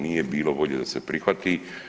Nije bilo volje da se prihvati.